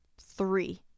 three